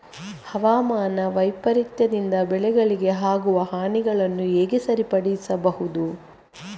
ಹವಾಮಾನ ವೈಪರೀತ್ಯದಿಂದ ಬೆಳೆಗಳಿಗೆ ಆಗುವ ಹಾನಿಗಳನ್ನು ಹೇಗೆ ಸರಿಪಡಿಸಬಹುದು?